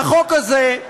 והחוק הזה,